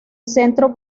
centro